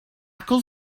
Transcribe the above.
could